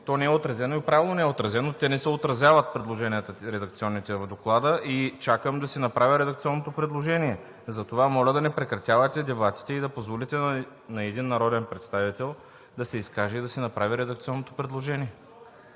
то не е отразено, и правилно не е отразено. Редакционните предложения не се отразяват в Доклада. Чакам да си направя редакционното предложение. Затова, моля да не прекратявате дебатите и да позволите на един народен представител да се изкаже и да си направи редакционното предложение.